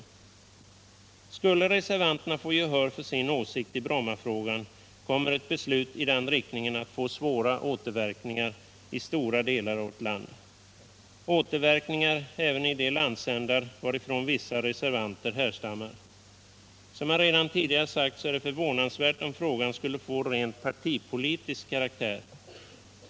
milt ns AA Skulle reservanterna vinna gehör för sin åsikt i Brommafrågan, kommer = Flygplatsfrågan i ett beslut i den riktningen att få svåra återverkningar i stora delar av = Stockholmsregiovårt land, återverkningar även i de landsändar varifrån vissa reservanter — nen kommer. Som jag redan tidigare sagt är det förvånansvärt om frågan skulle få rent partipolitisk karaktär.